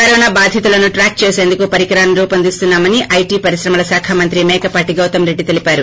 corona బాధితులను track చేసందుకు పరికరాన్ని రూపొందిస్తున్నా మని IT పరిశ్రమల శాఖ మంత్రి మేకపాటి గౌతమ్రెడ్డి తెలిపారు